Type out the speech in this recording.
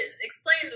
Explain